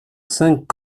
cinq